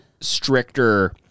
stricter